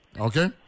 Okay